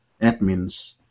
admins